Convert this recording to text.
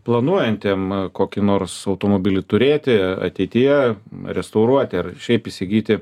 planuojantiem kokį nors automobilį turėti ateityje restauruoti ar šiaip įsigyti